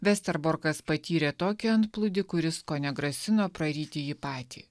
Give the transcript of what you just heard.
vesterborkas patyrė tokį antplūdį kuris kone grasino praryti jį patį